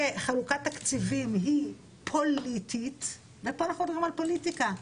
שחלוקת תקציבים היא פוליטית ופה אנחנו מדברים על פוליטיקה,